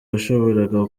washoboraga